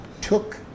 took